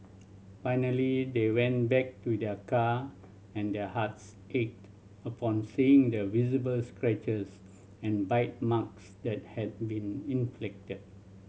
finally they went back to their car and their hearts ached upon seeing the visible scratches and bite marks that had been inflicted